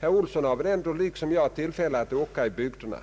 Herr Olsson har väl liksom jag tillfälle att åka omkring i bygderna.